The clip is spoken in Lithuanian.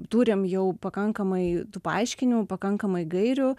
turim jau pakankamai tų paaiškinimų pakankamai gairių